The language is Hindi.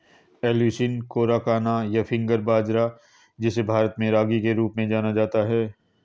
एलुसीन कोराकाना, या फिंगर बाजरा, जिसे भारत में रागी के रूप में जाना जाता है